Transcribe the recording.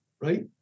Right